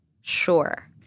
sure